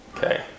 Okay